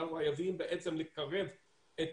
אנחנו צריכים לקרב את